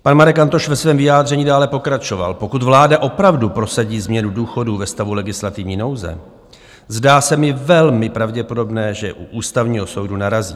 Pan Marek Antoš ve svém vyjádření dále pokračoval: Pokud vláda opravdu prosadí změnu důchodů ve stavu legislativní nouze, zdá se mi velmi pravděpodobné, že u Ústavního soudu narazí.